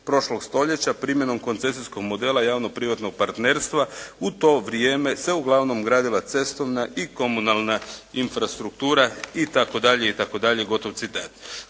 prošlog stoljeća primjenom koncesijskog modela javno privatnog partnerstva u to vrijeme se uglavnom gradila cestovna i komunalna i komunalna infrastruktura itd., itd..", gotov citat.